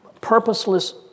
purposeless